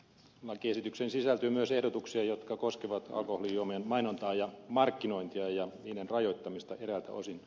lakiesitykseen sisältyy myös ehdotuksia jotka koskevat alkoholijuomien mainontaa ja markkinointia ja niiden rajoittamista eräiltä osin